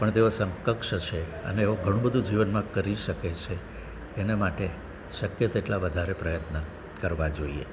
પણ તેઓ સમકક્ષ છે અને એવુ ઘણું બધું જીવનમાં કરી શકે છે એના માટે શક્ય તેટલા વધારે પ્રયત્ન કરવા જોઈએ